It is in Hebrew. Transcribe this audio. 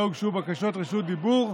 אייכלר מבקש את תשומת ליבכם.